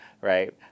right